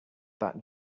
that